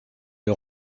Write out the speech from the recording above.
les